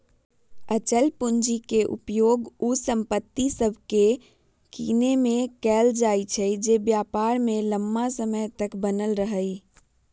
अचल पूंजी के उपयोग उ संपत्ति सभके किनेमें कएल जाइ छइ जे व्यापार में लम्मा समय तक बनल रहइ